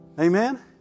Amen